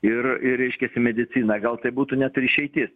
ir ir reiškiasi medicina gal tai būtų net ir išeitis